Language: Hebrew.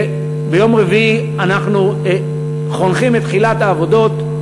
שביום רביעי אנחנו חונכים את תחילת העבודות.